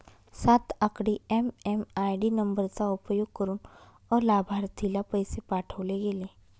सात आकडी एम.एम.आय.डी नंबरचा उपयोग करुन अलाभार्थीला पैसे पाठवले गेले